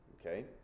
Okay